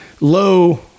low